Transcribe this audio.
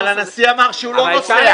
אבל הנשיא אמר שהוא לא נוסע.